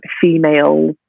female